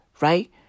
right